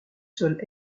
sol